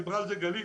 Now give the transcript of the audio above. דיברה על כך גלית,